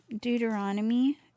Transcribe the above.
Deuteronomy